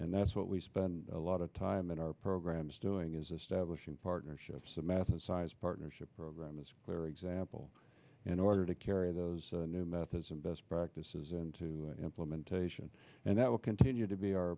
and that's what we spend a lot of time in our programs doing is establishing partnerships the math and science partnership programs for example in order to carry those new methods and best practices into implementation and that will continue to be our